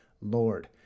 Lord